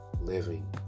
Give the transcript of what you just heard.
living